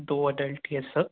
दो adult yes sir